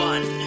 One